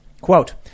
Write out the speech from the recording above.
quote